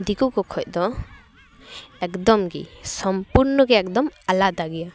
ᱫᱤᱠᱩ ᱠᱷᱚᱡ ᱫᱚ ᱮᱠᱫᱚᱢ ᱜᱮ ᱥᱚᱢᱯᱩᱨᱱᱚ ᱜᱮ ᱮᱠᱫᱚᱢ ᱟᱞᱟᱫᱟ ᱜᱮᱭᱟ